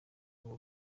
ubu